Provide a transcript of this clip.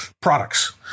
products